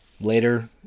later